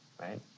right